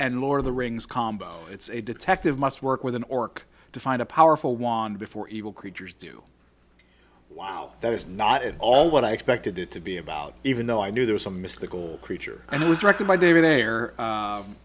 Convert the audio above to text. and lord of the rings combo it's a detective must work with an orc to find a powerful wand before evil creatures do wow that is not at all what i expected it to be about even though i knew there was some mystical creature and it was directed by david hare